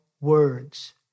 words